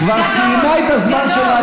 היא כבר סיימה את הזמן שלה,